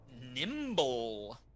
nimble